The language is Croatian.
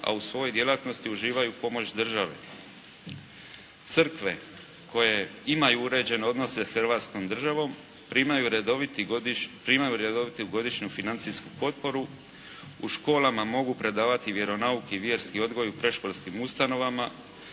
a u svojoj djelatnosti uživaju pomoć države. Crkve koje imaju određene odnose s Hrvatskom državom primaju redoviti, primaju redovitu godišnju financijsku potporu. U školama mogu predavati vjeronauk i vjerski odgoj u predškolskim ustanovama.